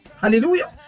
Hallelujah